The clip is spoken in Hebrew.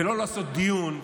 ולא לעשות דיון ולהגיד: